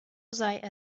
sei